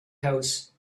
house